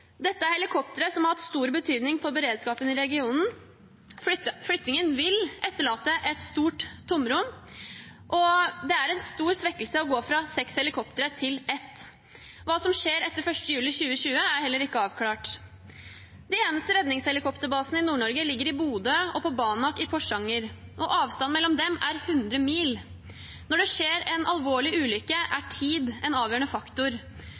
Dette er helikoptre som har hatt stor betydning for beredskapen i regionen. Flyttingen vil etterlate et stort tomrom. Det er en stor svekkelse å gå fra seks helikoptre til ett. Hva som skjer etter 1. juli 2020, er heller ikke avklart. De eneste redningshelikopterbasene i Nord-Norge ligger i Bodø og på Banak i Porsanger. Avstanden mellom dem er 100 mil. Når det skjer en alvorlig ulykke, er tid en avgjørende faktor.